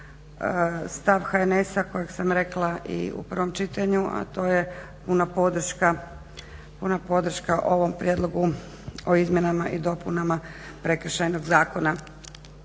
stav HNS-a kojeg sam rekla i u prvom čitanju, a to je puna podrška ovom prijedlogu o izmjenama i dopunama Prekršajnog zakona.